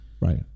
Right